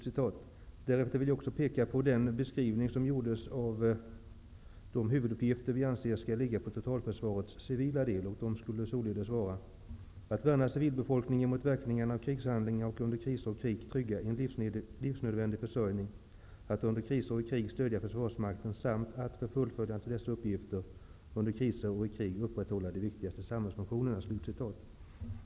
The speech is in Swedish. Vidare vill jag anföra den beskrivning som gjordes av de huvuduppgifter som skall åligga totalförsvarets civila del. Uppgifterna skall således vara: ''- att värna civilbefolkningen mot verkningarna av krigshandlingar och under kriser och i krig trygga en livsnödvändig försörjning, att under kriser och i krig stödja försvarsmakten, samt att, för fullföljandet av dessa uppgifter, under kriser och i krig upprätthålla de viktigaste samhällsfunktionerna.''